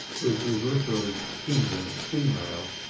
which is literally heathen female,